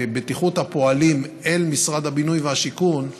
לבטיחות הפועלים אל משרד הבינוי והשיכון נענו,